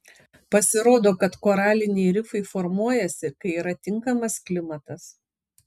pasirodo kad koraliniai rifai formuojasi kai yra tinkamas klimatas